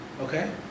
okay